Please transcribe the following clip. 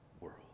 world